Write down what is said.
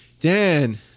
dan